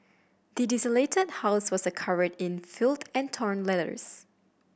the desolated house was covered in filth and torn letters